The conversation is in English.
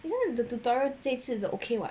isn't it the tutorial 这一次的 okay [what]